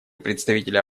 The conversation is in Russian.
представителя